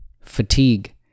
fatigue